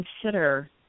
consider